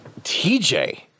TJ